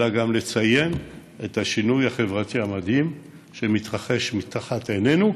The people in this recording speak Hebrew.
אלא גם לציין את השילוב החברתי המדהים שמתרחש תחת עינינו,